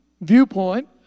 viewpoint